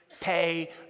pay